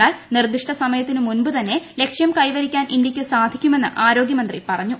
എന്നാൽ നിർദിഷ്ട സമയത്തിന് മുമ്പ് തന്നെ ലക്ഷ്യം കൈവരിക്കാൻ ഇന്ത്യക്കു സാധിക്കുമെന്ന് ആരോഗ്യമന്ത്രി പറഞ്ഞു